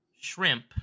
shrimp